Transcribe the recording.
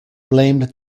blamed